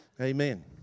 Amen